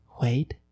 wait